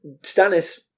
Stannis